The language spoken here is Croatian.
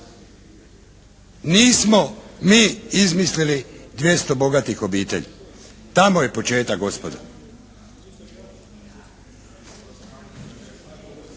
Nismo mi izmislili 200 bogatih obitelji. Tamo je početak gospodo.